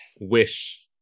wish